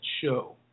show